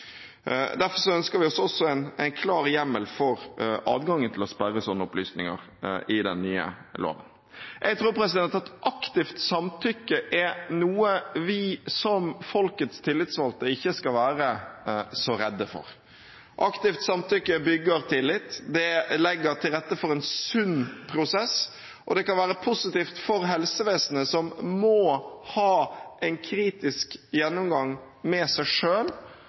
ønsker vi oss også en klar hjemmel for adgangen til å sperre sånne opplysninger i den nye loven. Jeg tror at aktivt samtykke er noe vi som folkets tillitsvalgte ikke skal være så redde for. Aktivt samtykke bygger tillit, det legger til rette for en sunn prosess, og det kan være positivt for helsevesenet, som må ha en kritisk gjennomgang med seg